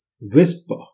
whisper